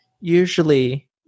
usually